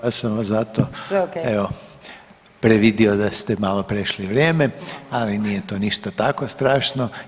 ja sam vas zato evo previdio da ste malo prešli vrijeme, ali nije to ništa tako strašno.